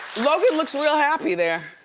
logan looks real happy there.